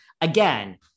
again